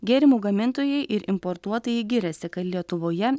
gėrimų gamintojai ir importuotojai giriasi kad lietuvoje